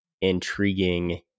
intriguing